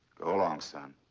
go along, son.